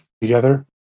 together